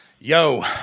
Yo